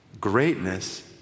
Greatness